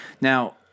Now